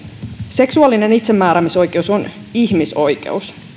seksuaalinen itsemääräämisoikeus on ihmisoikeus